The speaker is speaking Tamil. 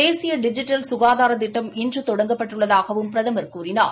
தேசிய டிஜிட்டல் சுகாதார திட்டம் இன்று தொடங்கப் பட்டுள்ளதாகவும் பிரதமர் கூழினார்